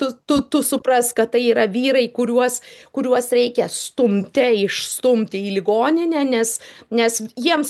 tu tu tu suprask kad tai yra vyrai kuriuos kuriuos reikia stumte išstumti į ligoninę nes nes jiems